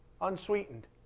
unsweetened